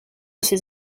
ces